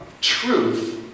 Truth